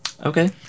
Okay